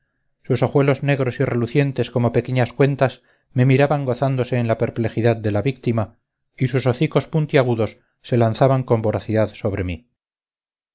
sus ojuelos negros y relucientes como pequeñas cuentas me miraban gozándose en la perplejidad de la víctima y sus hocicos puntiagudos se lanzaban con voracidad sobre mí